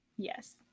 Yes